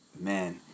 Man